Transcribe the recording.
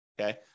okay